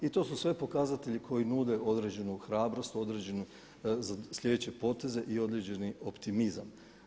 I to su sve pokazatelji koji nude određenu hrabrost, određene sljedeće poteze i određeni optimizam.